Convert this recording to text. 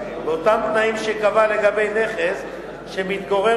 באותם תנאים שקבעה לגבי נכס שמתגורר